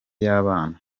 y’abana